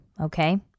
Okay